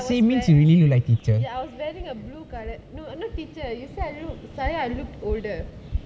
I was like ya I was wearing a blue coloured no no teacher you said I look sorry I look older